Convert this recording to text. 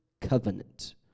covenant